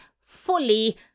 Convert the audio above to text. fully